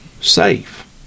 Safe